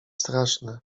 straszne